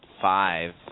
five